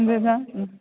ददामि